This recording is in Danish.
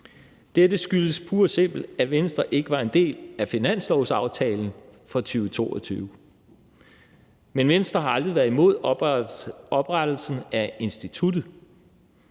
Dette skyldes pure simpelt, at Venstre ikke var en del af finanslovsaftalen for 2022. Men Venstre har aldrig været imod oprettelsen af instituttet.